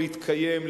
להתקיים,